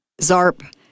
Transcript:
ZARP